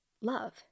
love